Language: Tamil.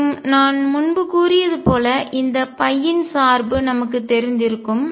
மேலும் நான் முன்பு கூறியது போல இந்த இன் சார்பு நமக்குத் தெரிந்திருக்கும்